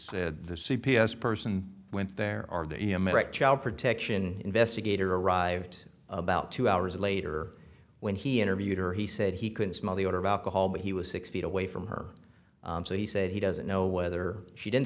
when the c p s person went there are that child protection investigator arrived about two hours later when he interviewed her he said he could smell the odor of alcohol but he was six feet away from her so he said he doesn't know whether she didn't